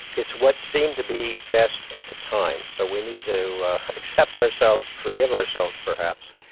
it's what seemed to be best at the time so we need to accept ourselves, forgive ourselves perhaps,